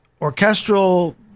orchestral